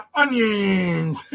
onions